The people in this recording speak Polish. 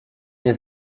nie